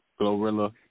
Glorilla